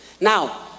Now